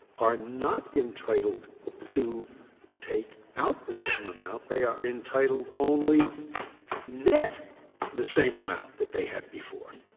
are not entitled to take out the same amount they are entitled only net the same amount that they had before.